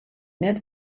net